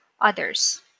others